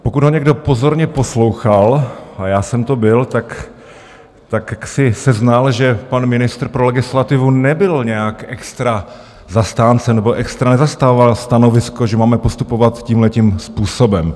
Pokud ho někdo pozorně poslouchal, a já jsem to byl, tak jaksi seznal, že pan ministr pro legislativu nebyl nějak extra zastáncem... nebo extra nezastával stanovisko, že máme postupovat tímhle způsobem.